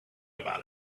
about